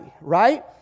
right